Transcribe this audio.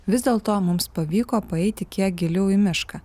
vis dėlto mums pavyko paeiti kiek giliau į mišką